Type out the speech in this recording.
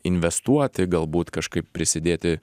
investuoti galbūt kažkaip prisidėti